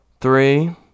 three